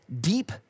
deep